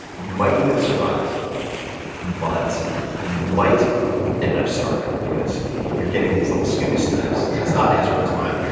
you might even survive but you might end up starving because you're getting these little scooby snacks. that's not his words, mine.